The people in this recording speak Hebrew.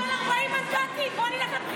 אתם על 40 מנדטים, בוא נלך לבחירות.